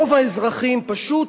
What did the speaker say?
רוב האזרחים, פשוט,